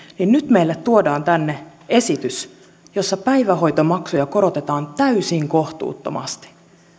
niin nyt meille tuodaan tänne esitys jossa päivähoitomaksuja korotetaan täysin kohtuuttomasti